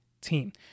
team